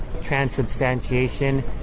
transubstantiation